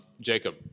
Jacob